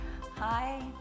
Hi